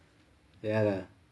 ya lah